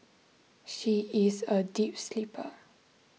she is a deep sleeper